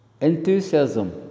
enthusiasm